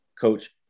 coach